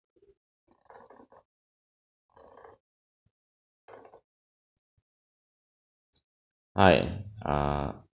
hi err